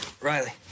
Riley